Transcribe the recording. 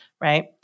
right